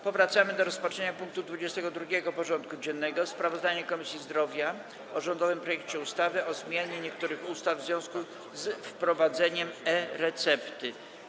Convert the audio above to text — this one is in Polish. Powracamy do rozpatrzenia punktu 22. porządku dziennego: Sprawozdanie Komisji Zdrowia o rządowym projekcie ustawy o zmianie niektórych ustaw w związku z wprowadzeniem e-recepty.